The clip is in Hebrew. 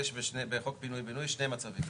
יש בחוק פינוי בינוי שני מצבים,